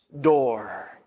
door